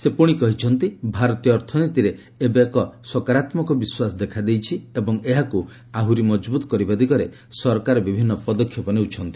ସେ ପୁଣି କହିଛନ୍ତି ଭାରତୀୟ ଅର୍ଥନୀତିରେ ଏବେ ଏକ ସକାରାତ୍ମକ ବିଶ୍ୱାସ ଦେଖାଦେଇଛି ଏବଂ ଏହାକୁ ଆହୁରି ମଜବୁତ କରିବା ଦିଗରେ ସରକାର ବିଭିନ୍ନ ପଦକ୍ଷେପ ନେଉଛନ୍ତି